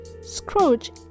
Scrooge